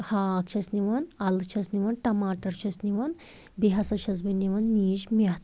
ہاکھ چھَس نِوان اَلہٕ چھَس نِوان ٹماٹَر چھَس نِوان بیٚیہِ ہسا چھَس بہٕ نِوان نیٖج مٮ۪تھ